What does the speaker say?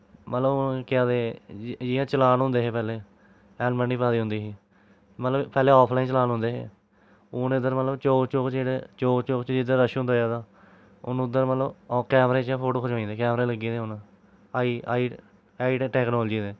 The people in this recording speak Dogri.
मतलव हून इ'यां केह् आखदे जियां चलान होंदे हे पैह्ले हैलमेट निं पादी होंदी ही मतलव पैह्ले आफ लाईन चलान होंदे हे हून इद्धर मतलव चौक चौक च रश होंदा जैदा हून उद्दर मतलव कैमरे च फोटु खचोई दा कैमरे लग्गे दे हून आई आई टैक्नोलजी